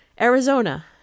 Arizona